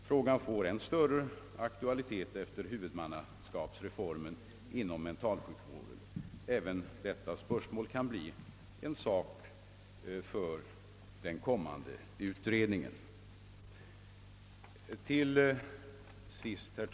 Frågan får än större aktualitet efter huvudmannaskapsreformen inom mentalvården. Även detta kan bli ett spörsmål för den kommande utredningen att behandla.